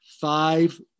five